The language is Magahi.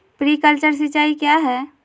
प्रिंक्लर सिंचाई क्या है?